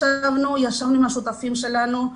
ישבנו עם השותפים שלנו,